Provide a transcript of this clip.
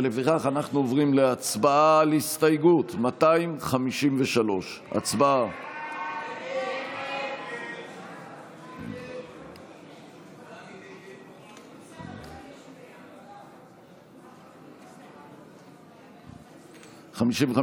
לפיכך אנחנו עוברים להצבעה על הסתייגות 253. הצבעה.